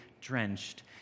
drenched